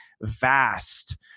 vast